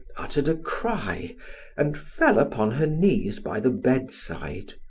uttered a cry and fell upon her knees by the bedside.